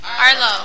Arlo